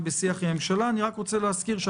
זה לא נכון,